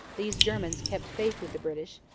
these germans kept faith with the british,